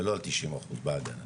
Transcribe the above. ולא על תשעים אחוז בהגנה.